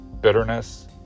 bitterness